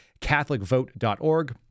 catholicvote.org